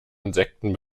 insekten